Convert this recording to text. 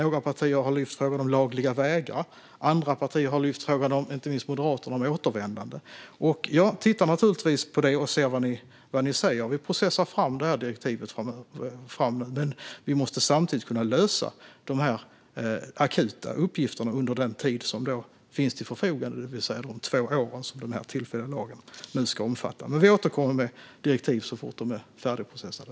Några partier har lyft fram frågan om lagliga vägar. Andra partier, inte minst Moderaterna, har lyft fram frågan om återvändande. Jag tittar naturligtvis på det och ser vad ni säger. Vi processar fram detta direktiv framöver. Samtidigt måste vi kunna lösa de akuta uppgifterna under den tid som finns till förfogande, det vill säga de två år som den tillfälliga lagen nu ska omfatta. Men vi återkommer med direktiv så fort de är färdigprocessade.